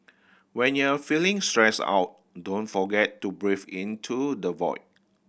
when you are feeling stressed out don't forget to breathe into the void